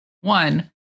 One